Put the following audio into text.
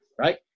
right